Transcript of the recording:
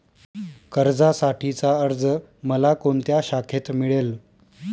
कर्जासाठीचा अर्ज मला कोणत्या शाखेत मिळेल?